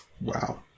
wow